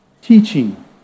teaching